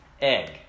egg